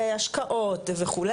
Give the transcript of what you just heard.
בהשקעות וכו',